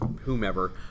whomever